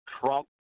Trump